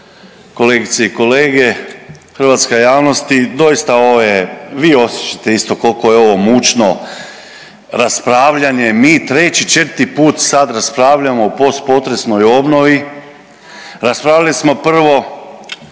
kolegice i kolege, hrvatska javnosti, doista ovo je, vi osjećate isto koliko je ovo mučno raspravljanje. Mi 3-4 put sad raspravljamo o postpotresnoj obnovi. Raspravili smo prvo